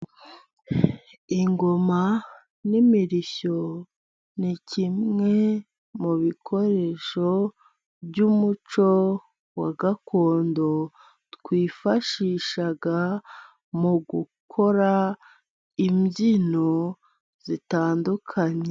Ingoma n'imirishyo ni kimwe mu bikoresho by'umuco wa gakondo, twifashishaga mu gukora imbyino zitandukanye.